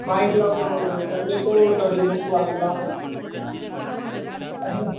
வாங்கிக்கலாம் ப்ரோ ஒரு twenty to thirty மினிட்ஸ்க்கு வாங்கிக்கலாம் அது